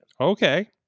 okay